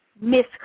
miss